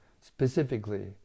specifically